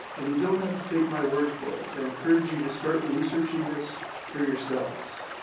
and you don't have to take my word for it. i encourage you to start researching this for yourselves.